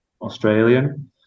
Australian